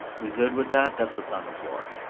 we good with that, that's what's on the floor.